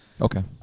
Okay